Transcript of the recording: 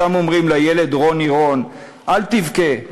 שם אומרים לילד רוני רון: אל תבכה,